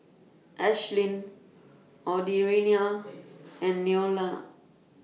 Ashlyn Audriana and Neola